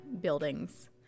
buildings